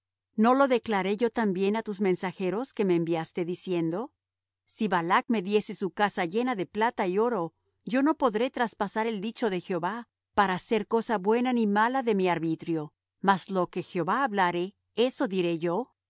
no lo declaré yo también á tus mensajeros que me enviaste diciendo si balac me diése su casa llena de plata y oro yo no podré traspasar el dicho de jehová para hacer cosa buena ni mala de mi arbitrio mas lo que jehová hablare eso diré yo he